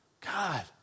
God